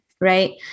Right